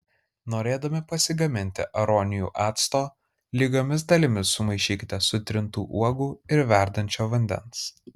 norėdami pasigaminti aronijų acto lygiomis dalimis sumaišykite sutrintų uogų ir verdančio vandens